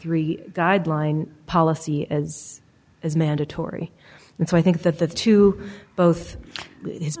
three guideline policy as is mandatory and so i think that the two both